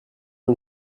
une